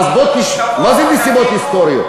אז בוא, מה זה נסיבות היסטוריות?